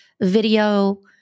video